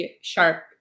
sharp